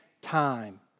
time